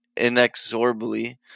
Inexorably